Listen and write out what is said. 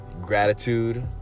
gratitude